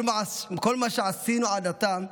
כל מה שעשינו עד עתה,